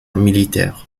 militaire